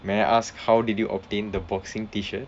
may I ask how did you obtain the boxing T shirt